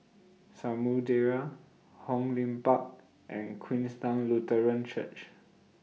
Samudera Hong Lim Park and Queenstown Lutheran Church